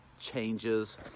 changes